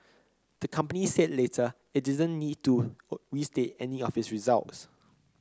the company said later it didn't need to restate any of its results